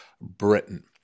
britain